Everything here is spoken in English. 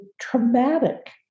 traumatic